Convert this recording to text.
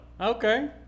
Okay